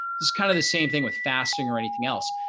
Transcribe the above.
just kind of the same thing with fasting or anything else.